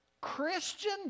Christian